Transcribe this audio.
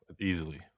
easily